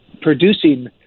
producing